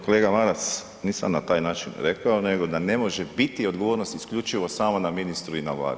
Kolega Maras, nisam na taj način rekao nego da ne može biti odgovornost isključivo samo na ministru i na Vladi.